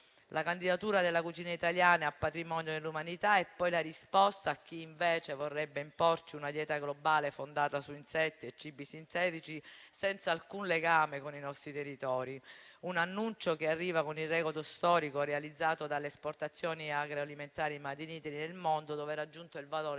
La candidatura della cucina italiana a patrimonio dell'umanità è poi la risposta a chi invece vorrebbe imporci una dieta globale fondata su insetti e cibi sintetici, senza alcun legame con i nostri territori; un annuncio che arriva con il *record* storico realizzato dalle esportazioni agroalimentari *made in Italy* nel mondo, per un valore di